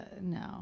No